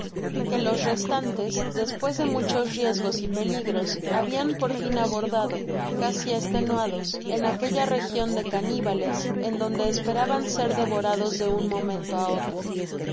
que los restantes despues de muchos riesgos y peligros habian por fin abordado casi estenuados en aquella region de caníbales en donde esperaban ser devorados de un momento á otro